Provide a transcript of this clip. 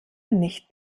nicht